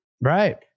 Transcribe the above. Right